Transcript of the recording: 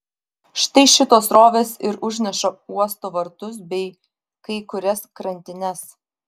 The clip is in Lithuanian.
štai šitos srovės ir užneša uosto vartus bei kai kurias krantines